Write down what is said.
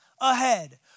ahead